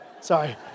sorry